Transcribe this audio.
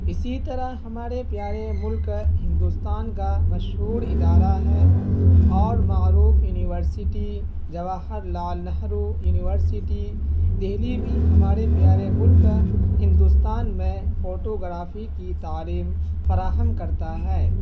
اسی طرح ہمارے پیارے ملک ہندوستان کا مشہور ادارہ ہے اور معروف یونیورسٹی جواہر لال نہرو یونیورسٹی دلی بھی ہمارے پیارے ملک ہندوستان میں فوٹو گرافی کی تعلیم فراہم کرتا ہے